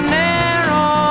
narrow